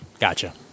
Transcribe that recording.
Gotcha